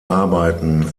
arbeiten